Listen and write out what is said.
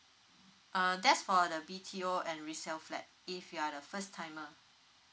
uh that's for the B_T_O and resale flat if you are the first timer